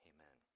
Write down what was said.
Amen